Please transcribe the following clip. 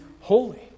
holy